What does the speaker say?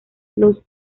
los